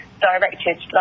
directed